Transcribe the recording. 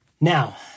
Now